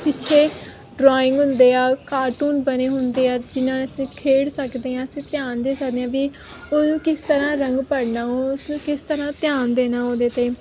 ਪਿੱਛੇ ਡਰਾਇੰਗ ਹੁੰਦੇ ਆ ਕਾਰਟੂਨ ਬਣੇ ਹੁੰਦੇ ਆ ਜਿਹਨਾਂ ਨਾਲ ਅਸੀਂ ਖੇਡ ਸਕਦੇ ਹਾਂ ਅਸੀਂ ਧਿਆਨ ਦੇ ਸਕਦੇ ਹਾਂ ਵੀ ਉਹ ਕਿਸ ਤਰ੍ਹਾਂ ਰੰਗ ਭਰਨਾ ਉਸਨੂੰ ਕਿਸ ਤਰ੍ਹਾਂ ਧਿਆਨ ਦੇਣਾ ਉਹਦੇ 'ਤੇ